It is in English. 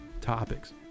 topics